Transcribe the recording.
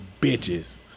bitches